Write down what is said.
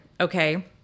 okay